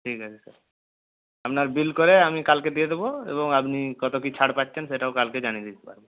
ঠিক আছে স্যার আপনার বিল করে আমি কালকে দিয়ে দেবো এবং আপনি কত কী ছাড় পাচ্ছেন সেটাও কালকে জানিয়ে দিতে পারব